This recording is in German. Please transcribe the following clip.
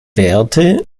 werte